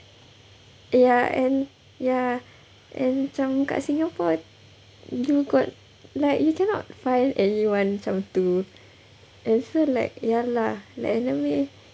ya and ya and macam kat singapore you got like you cannot find anyone macam tu and so like ya lah like anime